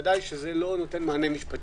ודאי שזה לא נותן מענה משפטי,